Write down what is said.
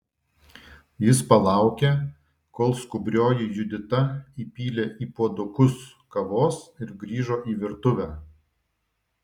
jis palaukė kol skubrioji judita įpylė į puodukus kavos ir grįžo į virtuvę